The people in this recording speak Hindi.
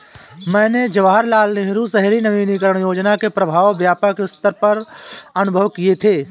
मैंने जवाहरलाल नेहरू शहरी नवीनकरण योजना के प्रभाव व्यापक सत्तर पर अनुभव किये थे